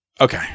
Okay